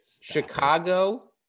Chicago